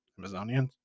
Amazonians